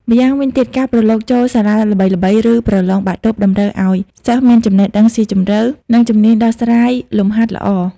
ម្យ៉ាងវិញទៀត ការប្រឡងចូលសាលាល្បីៗ ឬប្រឡងបាក់ឌុបតម្រូវឲ្យសិស្សមានចំណេះដឹងស៊ីជម្រៅ និងជំនាញដោះស្រាយលំហាត់ល្អ។